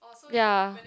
ya